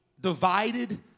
Divided